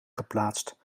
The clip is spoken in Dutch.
geplaatst